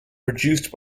produced